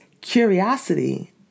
curiosity